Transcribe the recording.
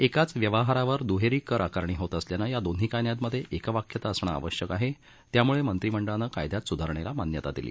एकाच व्यवहारावर दुहेरी कर आकारणी होत असल्यानं या दोन्ही कायद्यांमध्ये एकवाक्यता असणं आवश्यक आहे त्यामुळे मंत्रिमंडळानं कायदयात सुधारणेला मान्यता दिली